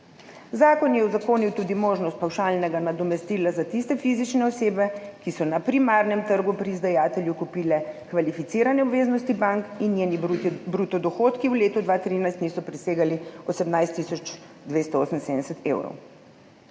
Zakon je uzakonil tudi možnost pavšalnega nadomestila za tiste fizične osebe, ki so na primarnem trgu pri izdajatelju kupile kvalificirane obveznosti bank in njeni bruto dohodki v letu 2013 niso presegali 18 tisoč 278 evrov.